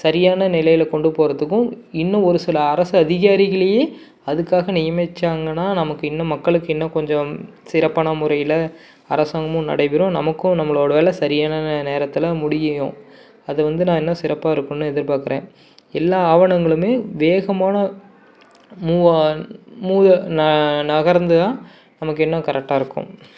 சரியான நிலையில் கொண்டு போகிறதுக்கும் இன்னும் ஒரு சில அரசு அதிகாரிகளையே அதுக்காக நியமிச்சாங்கன்னா நமக்கு இன்னும் மக்களுக்கு இன்னும் கொஞ்சம் சிறப்பான முறையில் அரசாங்கமும் நடைபெறும் நமக்கும் நம்மளோட வேலை சரியான நேரத்தில் முடியும் அதை வந்து நான் இன்னும் சிறப்பாக இருக்குன்னு எதிர்பார்க்குறேன் எல்லாம் ஆவணங்களுமே வேகமாகன மூவான் மூ நகர்ந்து தான் நமக்கு இன்னும் கரெக்டாயிருக்கும்